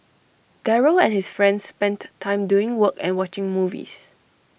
Daryl and his friends spent time doing work and watching movies